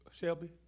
Shelby